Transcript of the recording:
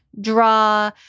draw